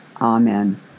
Amen